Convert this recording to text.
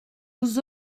vous